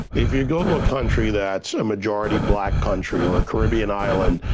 if you go to a country that's a majority black country or a caribbean island,